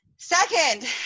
Second